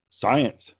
Science